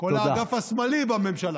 כל האגף השמאלי בממשלה.